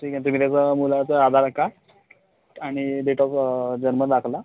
ठीक आहे तुम्ही त्याचं मुलाचं आधार कार्ड आणि डेट ऑफ जन्म दाखला